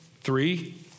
Three